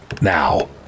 Now